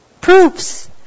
Proofs